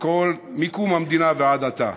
מקום המדינה ועד עתה.